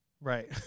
right